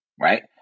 Right